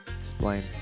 Explain